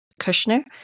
kushner